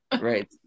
right